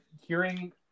hearing